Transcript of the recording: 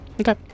Okay